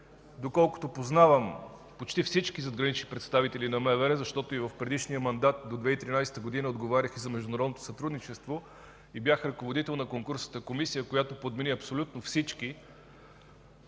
доколкото познавам почти всички задгранични представители на МВР, защото и в предишния мандат до 2013 г. отговарях и за международното сътрудничество и бях ръководител на Конкурсната комисия, която подмени абсолютно всички.